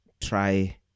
try